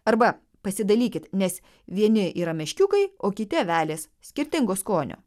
arba pasidalykit nes vieni yra meškiukai o kiti avelės skirtingo skonio